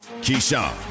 Keyshawn